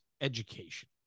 education